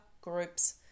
groups